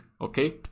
okay